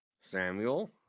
Samuel